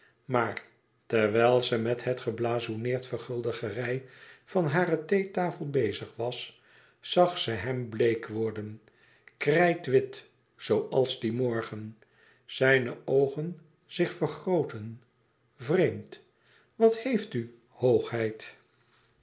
maar terwijl ze met het geblazoeneerd vergulde gerei van hare theetafel bezig was zag ze hem bleek worden krijtwit zooals dien morgen zijne oogen zich vergrooten vreemd wat heeft u hoogheid